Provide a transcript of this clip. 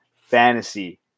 fantasy